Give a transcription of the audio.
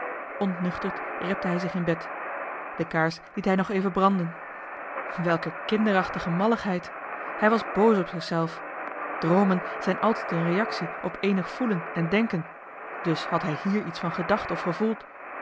ontnuchterd repte hij zich terug in bed de kaars liet hij nog even branden welke kinderachtige malligheid hij was boos op zich zelf droomen zijn altijd een reactie op eenig voelen of denken dus had hij hier iets van gedacht of gevoeld